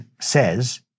says